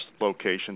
location